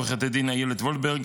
עו"ד אילת וולברג,